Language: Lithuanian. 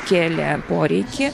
kėlė poreikį